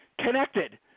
connected